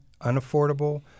unaffordable